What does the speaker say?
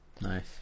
Nice